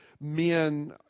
men